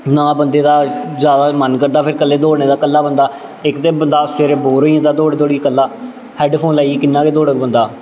ना बंदे दा जैदा मन करदा फिर कल्ले दौड़ने दा कल्ला बंदा इक ते बंदा सवेरै बोर होई जंदा दौड़ी दौड़ियै कल्ला हैड्डफोन लाइयै किन्ना गै दौड़ग बंदा